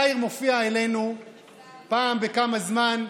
יאיר מופיע אצלנו פעם בכמה זמן,